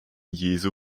jesu